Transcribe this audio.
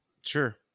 Sure